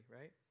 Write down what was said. right